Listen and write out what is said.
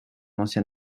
ancien